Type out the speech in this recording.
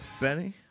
Benny